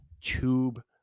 tube